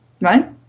right